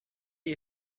you